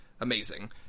Amazing